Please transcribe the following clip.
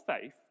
faith